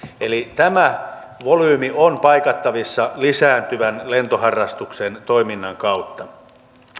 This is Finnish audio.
eli tämä volyymi on paikattavissa lisääntyvän lentoharrastuksen toiminnan kautta